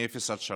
מאפס עד שלוש,